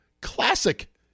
classic